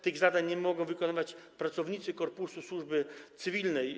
Tych zadań nie mogą wykonywać pracownicy korpusu służby cywilnej.